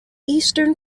eastern